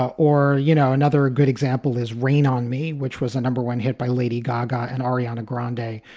or, you know, another good example is rain on me, which was a number one hit by lady gaga and ariana grande day,